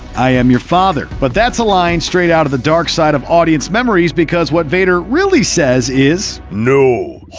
i am your father. but that's a line straight out of the dark side of audience's memories because what vader really says is no.